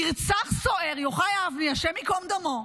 נרצח סוהר, יוחאי אבני, השם ייקום דמו,